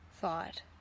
thought